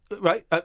right